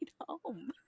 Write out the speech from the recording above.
home